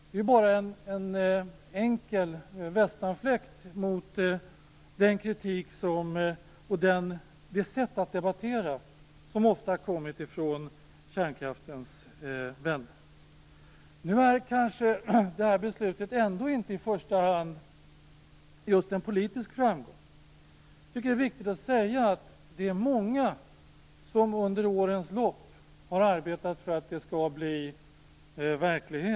Det är bara en enkel västanfläkt mot den kritik och det sätt att debattera som ofta kommit från kärnkraftens vänner. Det här beslutet är ändå kanske inte i första hand just en politisk framgång. Jag tycker att det är viktigt att säga att det är många som under årens lopp har arbetat för att detta skall bli verklighet.